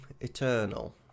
Eternal